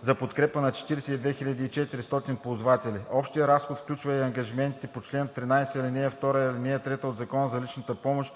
за подкрепа на 42 400 ползватели. Общият разход включва и ангажимента по чл. 13, ал. 2 и ал. 3 от Закона за личната помощ,